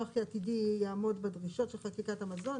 עתידי יעמוד בדרישות של חקיקת המזון,